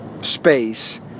space